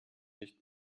nicht